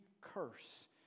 curse